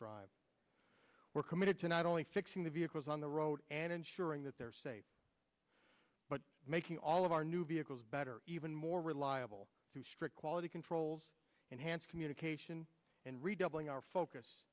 drive we're committed to not only fixing the vehicles on the road and ensuring that they're safe but making all of our new vehicles better even more reliable through strict quality controls enhanced communication and redoubling our focus